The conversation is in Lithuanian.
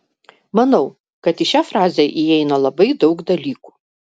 manau kad į šią frazę įeina labai daug dalykų